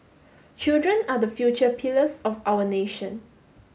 children are the future pillars of our nation